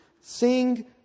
sing